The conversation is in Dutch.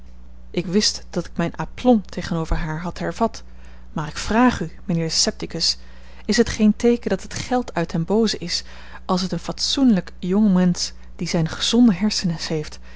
ik wist dat ik mijn aplomb tegenover haar had hervat maar ik vraag u mijnheer de scepticus is het geen teeken dat het geld uit den booze is als het een fatsoenlijk jongmensch die zijne gezonde hersens heeft